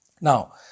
Now